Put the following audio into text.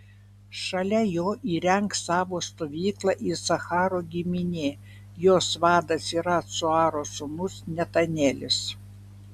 šalia jo įrengs savo stovyklą isacharo giminė jos vadas yra cuaro sūnus netanelis